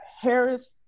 Harris